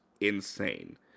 insane